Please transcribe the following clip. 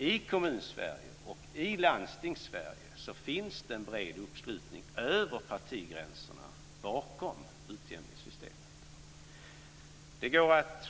I Kommunsverige och i Landstingssverige finns det en bred uppslutning över partigränserna bakom utjämningssystemet.